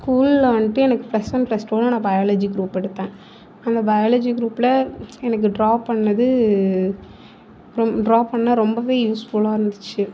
ஸ்கூலில் வந்துட்டு எனக்கு ப்ளஸ் ஒன் ப்ளஸ் டூவில் நான் பயாலஜி குரூப் எடுத்தேன் அந்த பயாலஜி குரூப்பில் எனக்கு ட்ரா பண்ணது ட்ரா பண்ண ரொம்ப யூஸ்ஃபுல்லாக இருந்துச்சு